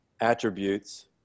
attributes